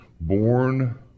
born